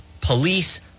police